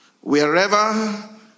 Wherever